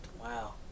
Wow